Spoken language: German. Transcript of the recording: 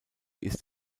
ist